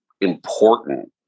important